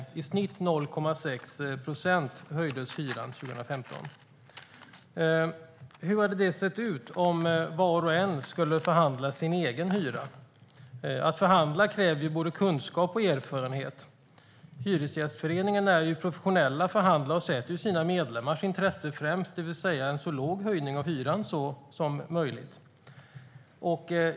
Hyran höjdes i snitt 0,6 procent 2015. Hur hade det sett ut om var och en skulle förhandla sin egen hyra? Att förhandla kräver både kunskap och erfarenhet. Hyresgästföreningen är professionell förhandlare och sätter sina medlemmars intresse främst, det vill säga en så låg höjning av hyran som möjligt.